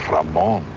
Ramon